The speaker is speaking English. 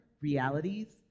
realities